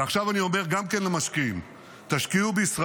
וגם עכשיו אני אומר למשקיעים: תשקיעו בישראל,